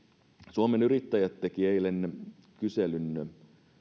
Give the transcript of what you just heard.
suomen yrittäjät teki eilen kyselyn